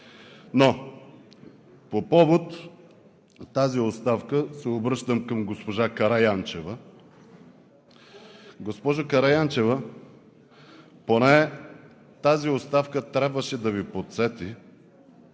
Но по повод на тази оставка се обръщам към госпожа Караянчева. Госпожо Караянчева, поне тази оставка трябваше да Ви подсети,